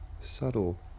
subtle